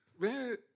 Man